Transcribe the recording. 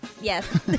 Yes